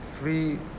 free